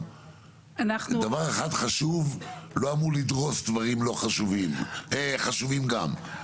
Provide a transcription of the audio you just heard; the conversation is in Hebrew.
דבר אחד חשוב לא אמור לדרוס דברים חשובים גם.